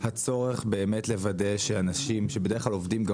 הצורך באמת לוודא שאנשים שבדרך העובדים גם